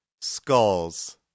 skulls